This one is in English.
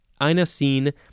inosine